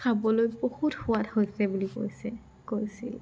খাবলৈ বহুত সোৱাদ হৈছে বুলি কৈছে কৈছিল